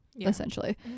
essentially